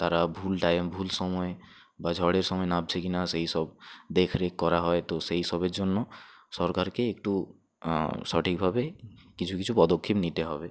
তারা ভুল টাইম ভুল সময়ে বা ঝড়ের সময় নামছে কি না সেই সব দেখ রেখ করা হয় তো সেই সবের জন্য সরকারকে একটু সঠিকভাবে কিছু কিছু পদক্ষেপ নিতে হবে